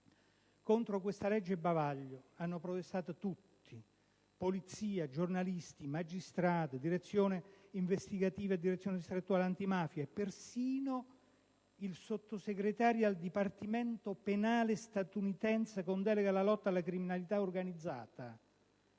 Contro questa legge bavaglio hanno protestato tutti: Polizia, giornalisti, magistrati, Direzione investigativa e distrettuale antimafia, persino il Sottosegretario al Dipartimento penale statunitense con delega alla lotta alla criminalità organizzata,